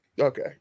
Okay